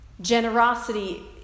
Generosity